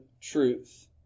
truth